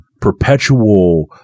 perpetual